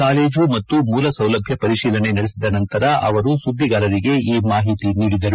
college ಮತ್ತು ಮೂಲ ಸೌಲಭ್ಯ ಪರಿಶೀಲನೆ ನಡೆಸಿದ ನಂತರ ಅವರು ಸುದ್ದಿಗಾರರಿಗೆ ಈ ಮಾಹಿತಿ ನೀಡಿದರು